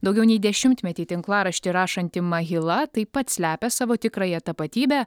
daugiau nei dešimtmetį tinklaraštį rašanti mahila taip pat slepia savo tikrąją tapatybę